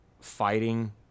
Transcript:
fighting